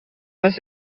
was